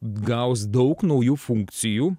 gaus daug naujų funkcijų